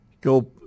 go